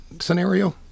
scenario